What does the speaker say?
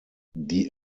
die